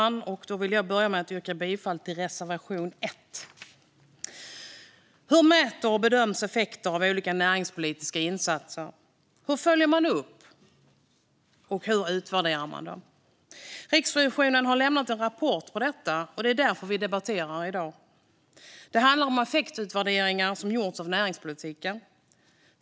Fru talman! Jag vill börja med att yrka bifall till reservation 1. Hur mäter och bedömer man effekter av olika näringspolitiska insatser? Hur följer man upp dem, och hur utvärderar man dem? Riksrevisionen har lämnat en rapport om detta, som vi debatterar i dag. Den handlar om effektutvärderingar man gjort av näringspolitiken.